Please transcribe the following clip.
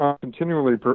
continually